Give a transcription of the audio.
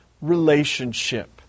relationship